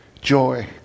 Joy